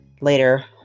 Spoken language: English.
later